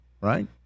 right